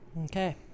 Okay